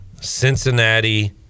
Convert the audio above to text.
Cincinnati